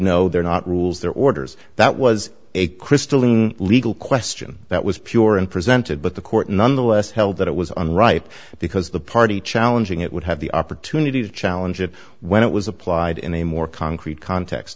no they're not rules they're orders that was a crystal ing legal question that was pure and presented but the court nonetheless held that it was an right because the party challenging it would have the opportunity to challenge it when it was applied in a more concrete cont